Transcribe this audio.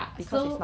okay